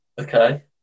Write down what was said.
Okay